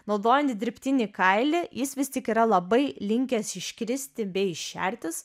naudojant dirbtinį kailį jis vis tik yra labai linkęs iškristi bei šertis